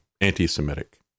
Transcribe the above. anti-Semitic